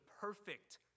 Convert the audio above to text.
perfect